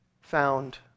found